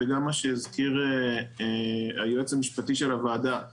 וגם מה שהזכיר היועץ המשפטי של הוועדה.